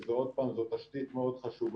כי שוב, זו תשתית מאוד חשובה,